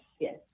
yes